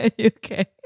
okay